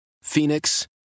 Phoenix